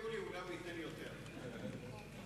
איתן,